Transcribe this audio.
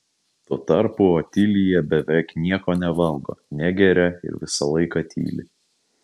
tuo tarpu otilija beveik nieko nevalgo negeria ir visą laiką tyli